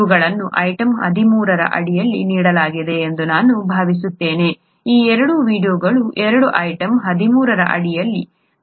ಇವುಗಳನ್ನು ಐಟಂ 13 ರ ಅಡಿಯಲ್ಲಿ ನೀಡಲಾಗಿದೆ ಎಂದು ನಾನು ಭಾವಿಸುತ್ತೇನೆ ಈ ಎರಡು ವೀಡಿಯೊಗಳುವೀಡಿಯೊ ಎರಡೂ ಐಟಂ 13 ರ ಅಡಿಯಲ್ಲಿವೆ